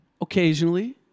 occasionally